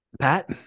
Pat